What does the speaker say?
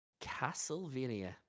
Castlevania